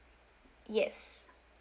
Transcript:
yes